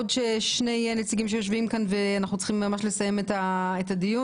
עוד שני נציגים שיושבים כאן ואז אנחנו צריכים לסיים את הדיון.